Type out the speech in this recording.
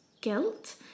guilt